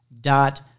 dot